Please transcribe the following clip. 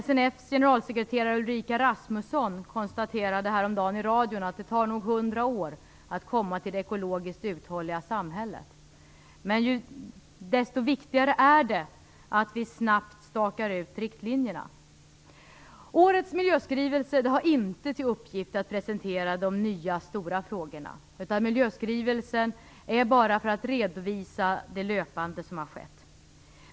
SNF:s generalsekreterare Ulrika Rasmuson konstaterade häromdagen i radion att det nog tar 100 år att komma till det ekologiskt uthålliga samhället. Men desto viktigare är det att vi snabbt stakar ut riktlinjerna. Årets miljöskrivelse har inte till uppgift att presentera de nya, stora frågorna, utan miljöskrivelsen skall bara redovisa det löpande som har skett.